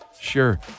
Sure